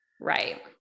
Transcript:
Right